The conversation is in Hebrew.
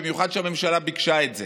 בייחוד כשהממשלה ביקשה את זה,